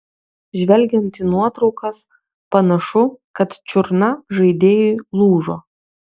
žvelgiant į nuotraukas panašu kad čiurna žaidėjui lūžo